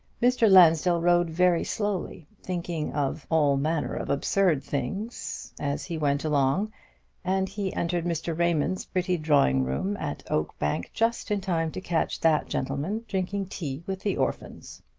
mr. lansdell rode very slowly, thinking of all manner of absurd things as he went along and he entered mr. raymond's pretty drawing-room at oakbank just in time to catch that gentleman drinking tea with the orphans.